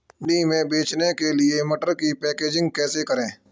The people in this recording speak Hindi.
मंडी में बेचने के लिए मटर की पैकेजिंग कैसे करें?